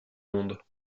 monde